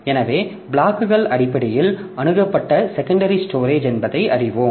எனவே பிளாக்கள் அடிப்படையில் அணுகப்பட்ட செகண்டரி ஸ்டோரேஜ் என்பதை அறிவோம்